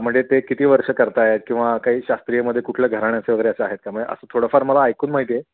म्हणजे ते किती वर्ष करत आहेत किंवा काही शास्त्रीयमध्ये कुठलं घराण्याचे अस वगैरे आहेत त्यामुळे असं थोडंफार मला ऐकून माहिती आहे